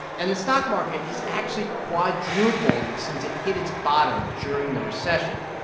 and the stock market has actually quadrupled since it hit its bottom during the recession.